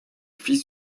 fils